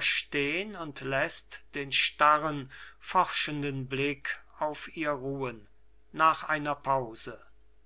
stehen und läßt den starren forschenden blick auf ihr ruhen